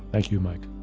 thank you, mike.